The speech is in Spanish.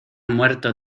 muerto